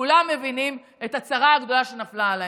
כולם מבינים את הצרה הגדולה שנפלה עליהם.